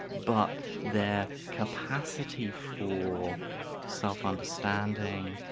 but their capacity for self-understanding,